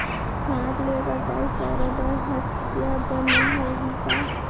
हाथ ले कटाई करे बर हसिया बने होही का?